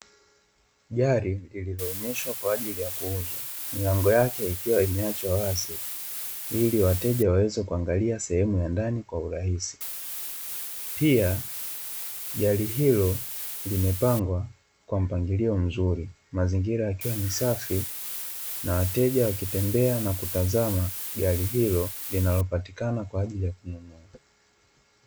Gari iliyoonyeshwa kwa ajili ya kuuzwa milango yake ikiwa imeachwa wazi ili wateja waweze kuangalia sehemu ya ndani kwa urahisi, pia gari hilo limepangwa kwa mpangilio mzuri mazingira yakiwa masafi na wateja wakitembea na kutazama gari hilo linalopatikana kwa ajili ya kununua.